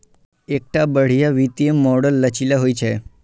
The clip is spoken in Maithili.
एकटा बढ़िया वित्तीय मॉडल लचीला होइ छै